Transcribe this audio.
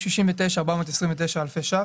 69,429 אלפי שקלים.